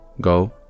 go